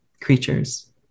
creatures